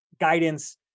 guidance